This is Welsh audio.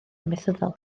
amaethyddol